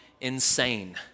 insane